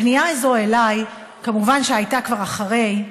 הפנייה הזאת אליי כמובן הייתה כבר אחרי,